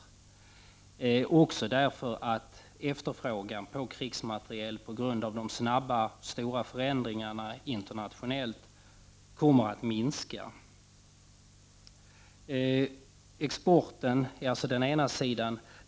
Ett annat skäl till att svensk vapenexport måste upphöra är att efterfrågan på krigsmateriel kommer att minska som en följd av de snabba och stora förändringarna internationellt. Exporten är alltså den ena sidan av detta.